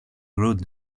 rude